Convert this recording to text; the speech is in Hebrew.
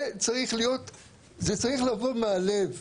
זה צריך לבוא מהלב.